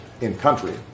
in-country